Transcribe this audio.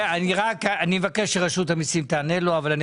אני מבקש שרשות המיסים תענה אבל לפני כן